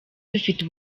dufite